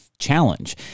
challenge